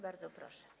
Bardzo proszę.